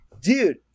dude